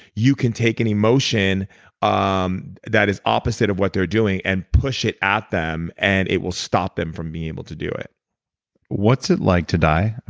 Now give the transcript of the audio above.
you can take an emotion um that is opposite of what they're doing and push it at them and it will stop them from being able to do it what's it like to die